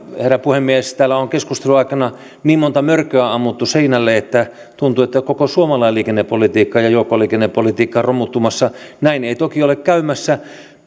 herra puhemies täällä on keskustelun aikana niin monta mörköä ammuttu seinälle että tuntuu että koko suomalainen liikennepolitiikka ja ja joukkoliikennepolitiikka on romuttumassa näin ei toki ole käymässä